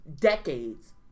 decades